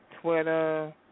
Twitter